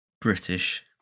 British